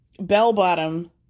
bell-bottom